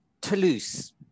Toulouse